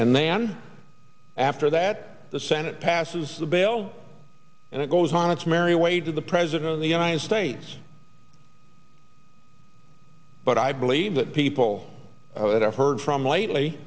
and then after that the senate passes the bail and it goes on its merry way to the president of the united states but i believe that people that i've heard from lately